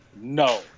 no